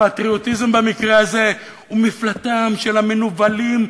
פטריוטיזם במקרה הזה הוא מפלטם של המנוולים,